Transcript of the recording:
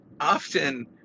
often